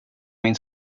min